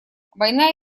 война